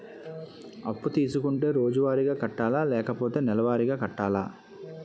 అప్పు తీసుకుంటే రోజువారిగా కట్టాలా? లేకపోతే నెలవారీగా కట్టాలా?